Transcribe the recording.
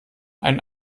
ein